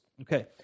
Okay